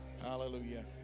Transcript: hallelujah